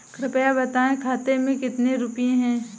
कृपया बताएं खाते में कितने रुपए हैं?